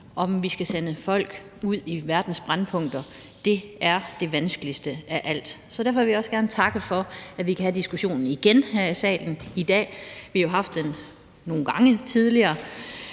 om vi skal sende folk ud i verdens brændpunkter, er det vanskeligste af alt. Så derfor vil jeg også gerne takke for, at vi kan have diskussionen igen her i salen i dag. Vi har jo haft den nogle gange tidligere,